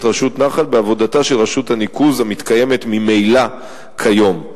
רשות נחל בעבודתה של רשות הניקוז המתקיימת ממילא כיום.